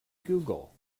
google